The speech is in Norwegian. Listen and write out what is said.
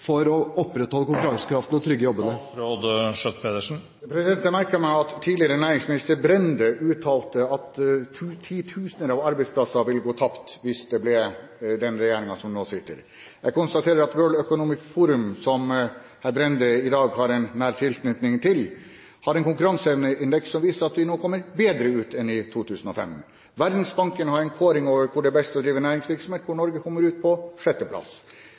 for å opprettholde konkurransekraften og trygge jobbene? Jeg merket meg at tidligere næringsminister Brende uttalte at titusener av arbeidsplasser ville gå tapt med den regjeringen som nå sitter. Jeg konstaterer at World Economic Forum, som hr. Brende i dag har nær tilknytning til, har en konkurranseevneindeks som viser at vi nå kommer bedre ut enn i 2005. Verdensbanken har en kåring over hvor det er best å drive næringsvirksomhet. Der kommer Norge på